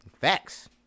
facts